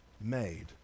made